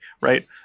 right